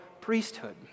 priesthood